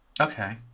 Okay